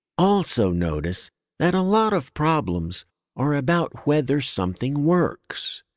also notice that a lot of problems are about whether something works.